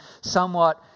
somewhat